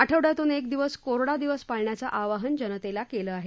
आठवड्यातून एक दिवस कोरडा दिवस पाळण्याचं आवाहन जनतेला करत आहेत